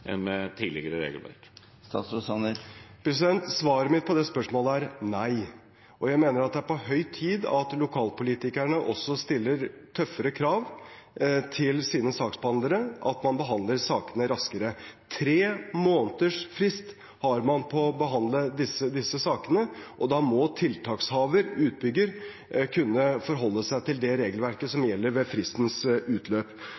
en får en mer komplisert saksbehandling, og at flere saker må settes på vent enn med tidligere regelverk? Svaret mitt på det spørsmålet er nei. Jeg mener at det er på høy tid at lokalpolitikerne også stiller tøffere krav til sine saksbehandlere, og at man behandler sakene raskere. Tre måneders frist har man på å behandle disse sakene, og da må tiltakshaveren, utbyggeren, kunne forholde seg til det regelverket som